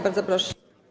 Bardzo proszę.